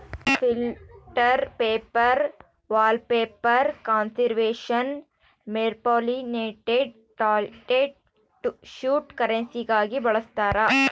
filter paper wallpaper conservation paper laminated toilet tissue ಕರೆನ್ಸಿಗಾಗಿ ಬಳಸ್ತಾರ